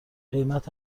قیمت